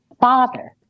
father